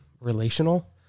relational